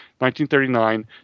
1939